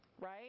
Right